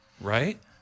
Right